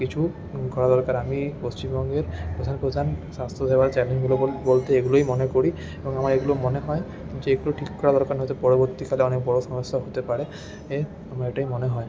কিছু করা দরকার আমি পশ্চিমবঙ্গের প্রধান প্রধান স্বাস্থ্যসেবার বলতে এগুলোই মনে করি এবং আমার এগুলো মনে হয় যে এগুলো ঠিক করা দরকার নয় তো পরবর্তীকালে অনেক বড়ো সমস্যা হতে পারে আমার এটাই মনে হয়